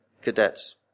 cadets